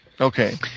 Okay